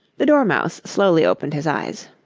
the dormouse slowly opened his eyes.